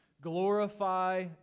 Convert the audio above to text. glorify